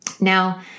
Now